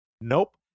Nope